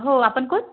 हो आपण कोण